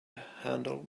handle